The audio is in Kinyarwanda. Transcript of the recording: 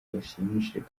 bashimishije